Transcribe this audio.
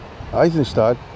Eisenstadt